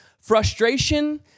frustration